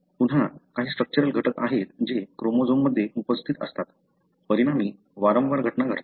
पुन्हा काही स्ट्रक्चरल घटक आहेत जे क्रोमोझोममध्ये उपस्थित असतात परिणामी वारंवार घटना घडतात